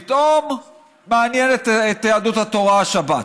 פתאום מעניין את יהדות התורה השבת,